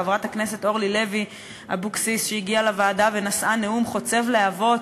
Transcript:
חברת הכנסת אורלי לוי אבקסיס הגיעה לוועדה ונשאה נאום חוצב להבות